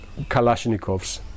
Kalashnikovs